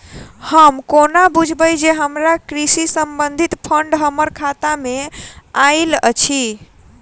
हम कोना बुझबै जे हमरा कृषि संबंधित फंड हम्मर खाता मे आइल अछि?